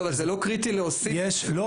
לא, אבל זה לא קריטי להוסיף --- לא, בכלל לא.